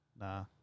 Nah